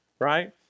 right